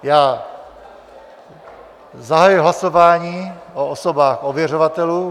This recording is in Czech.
Já zahajuji hlasování o osobách ověřovatelů.